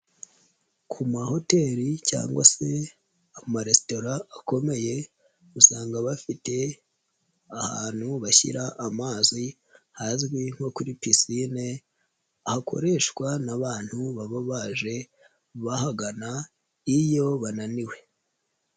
Mu mahoteli cyangwa se amaresitora akomeye usanga bafite ahantu bashyira amazi hazwi nko kuri pisine hakoreshwa n'abantu baba baje bahagana iyo bananiwe.